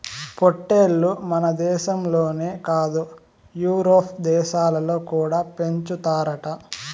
పొట్టేల్లు మనదేశంలోనే కాదు యూరోప్ దేశాలలో కూడా పెంచుతారట